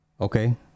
Okay